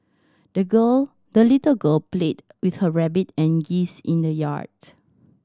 the girl the little girl played with her rabbit and geese in the yard